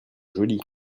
jolie